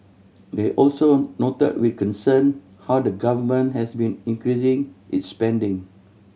they also noted with concern how the Government has been increasing its spending